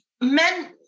men